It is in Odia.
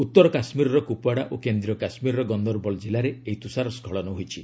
ଉତ୍ତର କାଶ୍ମୀରର କୁପୁୱାଡା ଓ କେନ୍ଦ୍ରୀୟ କାଶ୍ମୀରର ଗନ୍ଦରବଲ ଜିଲ୍ଲାରେ ଏହି ତୁଷାର ସ୍କଳନ ହୋଇଛି